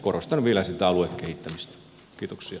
korostan vielä sitä aluekehittämistä